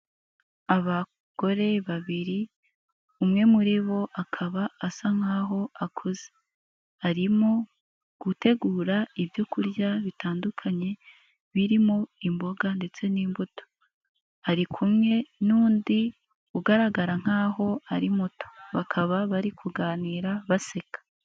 Abagore babiri umwe muri bo akaba asa nkaho akuze, arimo gutegura ibyo kurya bitandukanye birimo imboga ndetse n'imbuto, ari kumwe n'undi ugaragara nkaho ari muto, bakaba bari kuganira baseka.